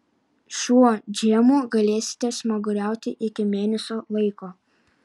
šiuo džemu galėsite smaguriauti iki mėnesio laiko